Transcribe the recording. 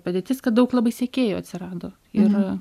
padėtis kad daug labai sekėjų atsirado ir